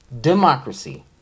Democracy